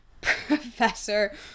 professor